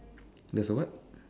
there's a what